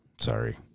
sorry